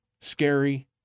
scary